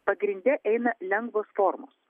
pagrinde eina lengvos formos